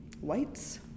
whites